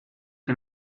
que